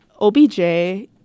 OBJ